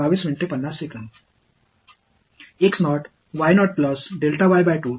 எனவே இது பாதை 1 க்கு மற்றும் பாதை 3 க்கு